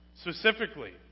specifically